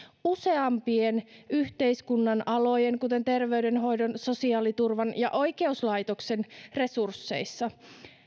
useampien yhteiskunnan alojen kuten terveydenhoidon sosiaaliturvan ja oikeuslaitoksen resursseissa